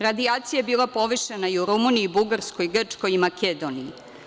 Radijacija je bila povišena i u Rumuniji, Bugarskoj, Grčkoj i Makedoniji.